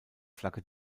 flagge